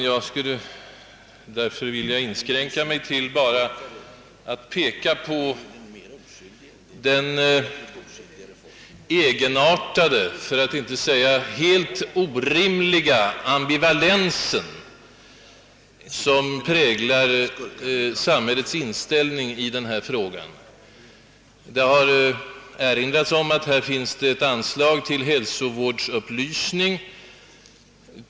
Jag skall av denna anledning inskränka mig till att bara peka på den egenartade för att inte säga helt orimliga ambivalens som präglar samhällets inställning i denna fråga. Det har erinrats om att det finns ett speciellt anslag till hälsovårdsupplysning.